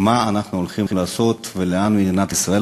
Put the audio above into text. מה אנחנו הולכים לעשות ומה מדינת ישראל